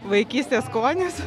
vaikystės skonis